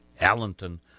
allenton